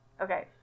Okay